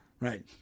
Right